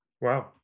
Wow